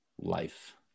life